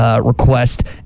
request